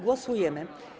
Głosujemy.